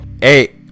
hey